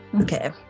Okay